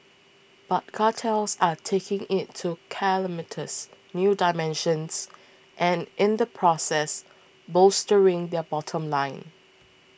but cartels are taking it to calamitous new dimensions and in the process bolstering their bottom line